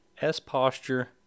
S-Posture